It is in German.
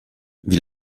wie